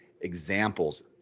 examples